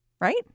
right